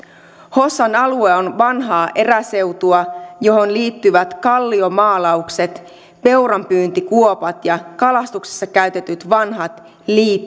hossan alue on vanhaa eräseutua johon liittyvät kalliomaalaukset peuranpyyntikuopat ja kalastuksessa käytetyt vanhat